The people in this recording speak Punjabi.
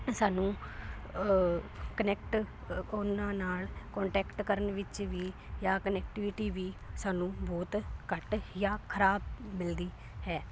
ਸਾਨੂੰ ਕਨੈਕਟ ਉਹਨਾਂ ਨਾਲ ਕੋਂਟੈਕਟ ਕਰਨ ਵਿੱਚ ਵੀ ਜਾਂ ਕਨੈਕਟਿਵਿਟੀ ਵੀ ਸਾਨੂੰ ਬਹੁਤ ਘੱਟ ਜਾਂ ਖਰਾਬ ਮਿਲਦੀ ਹੈ